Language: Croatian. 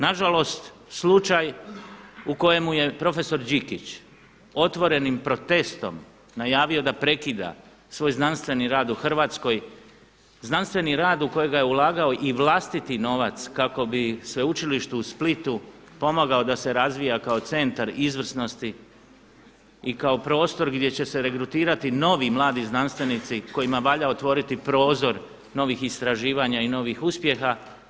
Nažalost slučaj u kojemu je profesor Đikić otvorenim protestom najavio da prekida svoj znanstveni rad u Hrvatskoj, znanstveni rad u kojega je ulagao i vlastiti novac kako bi sveučilištu u Splitu pomogao da se razvija kao centar izvrsnosti i kao prostor gdje će se regrutirati novi mladi znanstvenici kojima valja otvoriti prozor novih istraživanja i novih uspjeha.